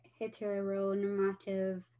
heteronormative